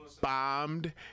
bombed